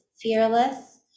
fearless